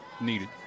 needed